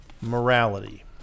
morality